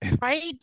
right